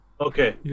Okay